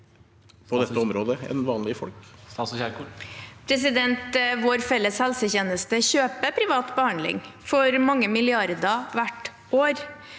Vår felles hel- setjeneste kjøper privat behandling for mange milliarder hvert år.